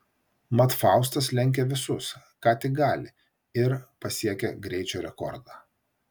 mat faustas lenkia visus ką tik gali ir pasiekia greičio rekordą